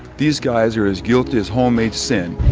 these guys are as guilty as homemade sin.